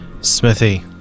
Smithy